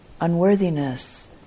unworthiness